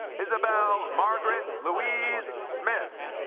isabelle margaret louise smith